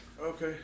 Okay